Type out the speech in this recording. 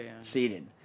seated